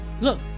look